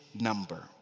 number